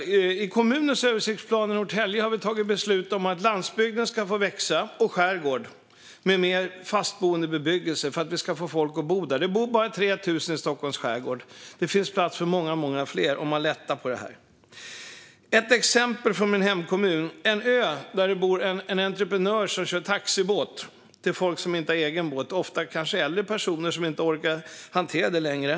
I Norrtälje kommuns översiktsplan har vi tagit beslut om att landsbygden och skärgården ska få växa med mer fastboendebebyggelse för att vi ska få folk att bo där. Det bor bara 3 000 i Stockholms skärgård. Det finns plats för många fler, om man lättar på det här. Jag har ett exempel från min hemkommun. På en ö bor en entreprenör som kör taxibåt för folk som inte har egen båt, ofta äldre personer som inte orkar hantera det längre.